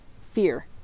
fear